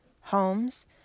homes